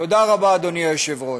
תודה רבה, אדוני היושב-ראש.